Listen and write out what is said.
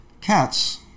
Cats